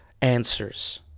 answers